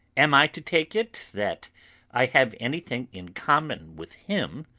am i to take it that i have anything in common with him,